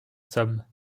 somme